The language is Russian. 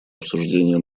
обсуждения